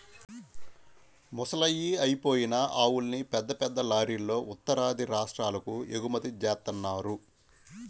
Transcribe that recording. ముసలయ్యి అయిపోయిన ఆవుల్ని పెద్ద పెద్ద లారీలల్లో ఉత్తరాది రాష్ట్రాలకు ఎగుమతి జేత్తన్నారు